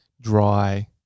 dry